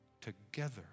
together